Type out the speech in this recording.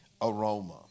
aroma